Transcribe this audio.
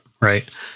right